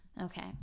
Okay